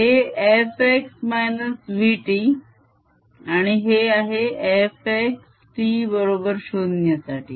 हे f x -vt आणि हे आहे f x t0 साठी